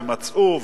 ומצאו,